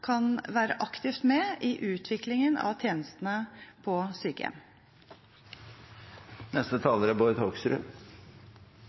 kan være aktivt med i utviklingen av tjenestene på sykehjem. Et par ting først. Jeg er